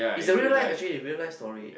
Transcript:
is the real life actually real life story